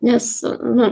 nes nu